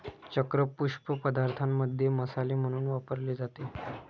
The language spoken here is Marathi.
चक्र पुष्प पदार्थांमध्ये मसाले म्हणून वापरले जाते